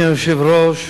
אדוני היושב-ראש,